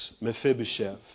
Mephibosheth